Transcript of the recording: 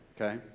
okay